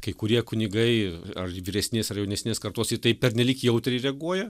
kai kurie kunigai ar vyresnės ar jaunesnės kartos į tai pernelyg jautriai reaguoja